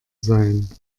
sein